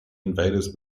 invaders